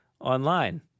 online